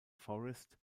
forest